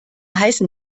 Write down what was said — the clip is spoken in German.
heißen